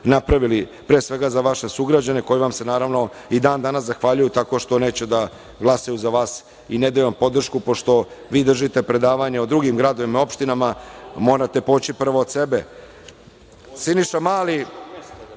napravili, pre svega, za vaše sugrađane koji vam se naravno i dan danas zahvaljuju tako što neće da glasaju za vas i ne daju vam podršku, pošto vi držite predavanje o drugim gradovima, opštinama, a morate poći prvo od